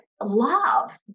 love